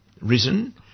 Risen